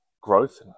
growth